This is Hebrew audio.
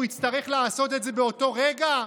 והוא יצטרך לעשות את זה באותו רגע?